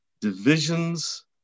divisions